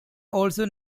also